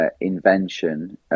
invention